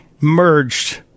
merged